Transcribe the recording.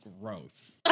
gross